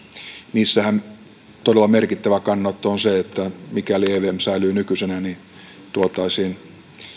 niissähän todella merkittävä kannanotto on se että mikäli evm säilyy nykyisellään niin tuotaisiin